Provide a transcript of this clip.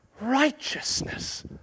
Righteousness